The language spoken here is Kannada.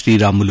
ಶ್ರೀರಾಮುಲು